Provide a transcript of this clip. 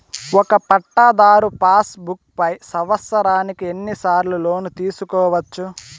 ఒక పట్టాధారు passbook పై సంవత్సరానికి ఎన్ని సార్లు లోను తీసుకోవచ్చు?